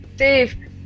Dave